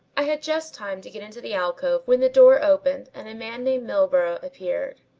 i had just time to get into the alcove when the door opened and a man named milburgh appeared.